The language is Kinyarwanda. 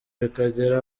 bikagera